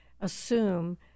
assume